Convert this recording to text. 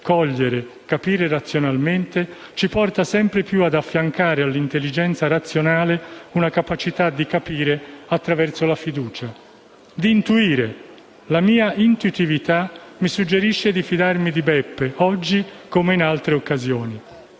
cogliere, capire razionalmente, ci porta sempre più ad affiancare all'intelligenza razionale una capacità di capire attraverso la fiducia, di "intuire". La mia intuitività mi suggerisce di fidarmi di Beppe, oggi come in tante altre occasioni».